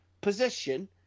position